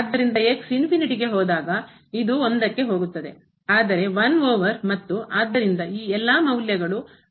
ಆದ್ದರಿಂದ ಹೋದಾಗ ಇದು 1 ಕ್ಕೆ ಹೋಗುತ್ತದೆ ಆದರೆ 1 ಓವರ್ ಮತ್ತು ಆದ್ದರಿಂದ ಈ ಎಲ್ಲಾ ಮೌಲ್ಯಗಳು ಋಣಾತ್ಮಕವಾಗಿದ್ದವು